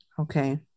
Okay